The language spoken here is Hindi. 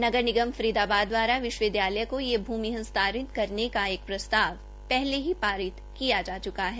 नगर निगम फरीदाबाद द्वारा विश्वविद्यालय को यह भूमि हस्तांरित करने का एक प्रस्ताव पहले ही पारित किया जा च्का है